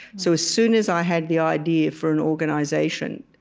so as soon as i had the idea for an organization,